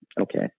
okay